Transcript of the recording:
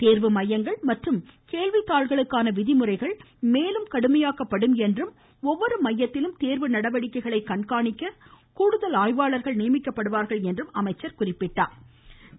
தேர்வு மையங்கள் மற்றும் கேள்வித்தாள்களுக்கான விதிமுறைகள் மேலும் கடுமையாக்கப்படும் என்றும் ஒவ்வொரு மையத்திலும் தேர்வு நடவடிக்கைகளை கண்காணிக்க கூடுதல் குறிப்பிட்டாள்